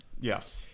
yes